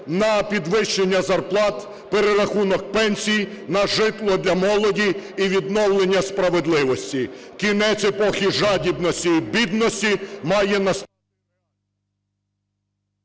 на підвищення зарплат, перерахунок пенсій, на житло для молоді і відновлення справедливості. Кінець епохи жадібності і бідності має…